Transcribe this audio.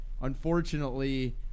Unfortunately